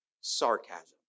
sarcasm